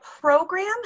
program